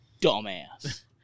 Dumbass